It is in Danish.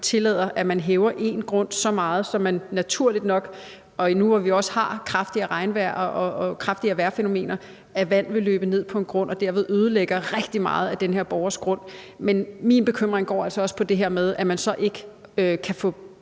tillader, at man hæver én grund så meget, så vand naturligt nok – og nu også, hvor vi også har kraftigere regnvejr og kraftigere vejrfænomener – vil løbe ned på en anden grund og derved ødelægge rigtig meget af den her borgers grund. Men min bekymring går altså også på det her med, at man kan få